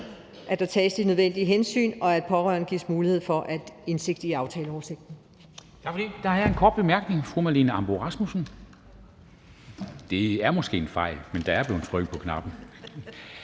udsatte, tages de nødvendige hensyn, og at pårørende gives mulighed for at få indsigt i aftaleoversigten.